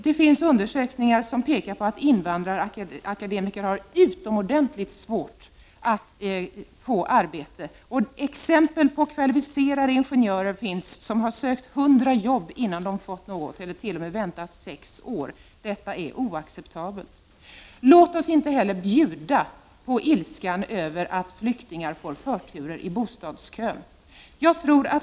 Det finns undersökningar som visar att invandrarakademiker har utomordentligt svårt att få arbete. Det finns t.ex. välkvalificerade ingenjörer som sökt hundra jobb innan de fått något, eller väntat i upp till sex år innan de fått fast arbete. Detta är oacceptabelt! Låt oss inte heller bjuda på ilskan över flyktingarna som får förturer i bostadskön.